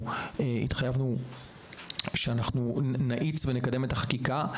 התחייבנו שנאיץ ונקדם את החקיקה.